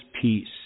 peace